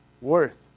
worth